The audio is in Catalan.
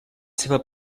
seva